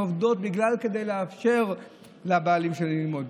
הן עובדות כדי לאפשר לבעלים שלהן ללמוד.